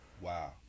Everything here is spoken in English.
Wow